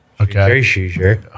Okay